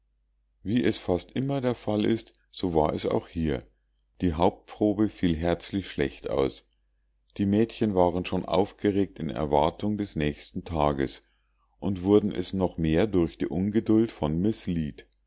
wie es fast immer der fall ist so war es auch hier die hauptprobe fiel herzlich schlecht aus die mädchen waren schon aufgeregt in erwartung des nächsten tages und wurden es noch mehr durch die ungeduld von miß